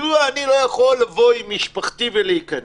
מדוע אני לא יכול לבוא עם משפחתי ולהיכנס?